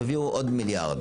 יביאו עוד מיליארד,